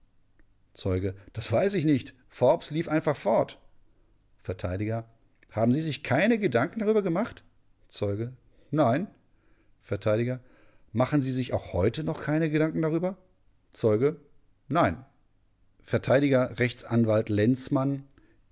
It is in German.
zeuge das weiß ich nicht forbes lief einfach fort vert haben sie sich keine gedanken darüber gemacht zeuge nein vert machen sie sich auch heute noch keine gedanken darüber zeuge nein vert rechtsanw lenzmann